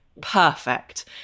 perfect